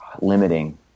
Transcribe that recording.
limiting